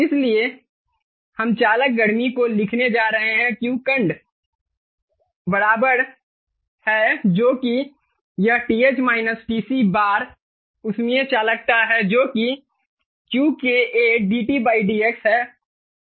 इसलिए हम चालक गर्मी को लिखने जा रहे हैं Qcond बराबर है जो कि यह बार ऊष्मीय चालकता है जो कि Q KA dt dx है